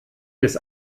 des